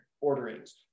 orderings